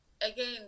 again